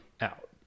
out